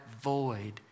void